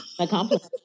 Accomplished